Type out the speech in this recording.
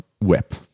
web